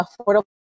affordable